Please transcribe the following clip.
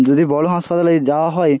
যদি বড় হাসপাতালেই যাওয়া হয়